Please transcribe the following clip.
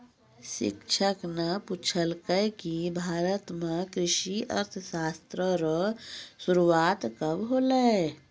शिक्षक न पूछलकै कि भारत म कृषि अर्थशास्त्र रो शुरूआत कब होलौ